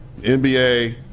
NBA